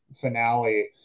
finale